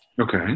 Okay